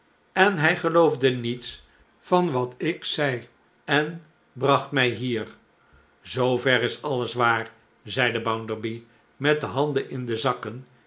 en hij geloofde niets van wat ik zeide en bracht mij hier zoo ver is alles waar zeide bounderby met de handen in de zakken